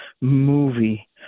movie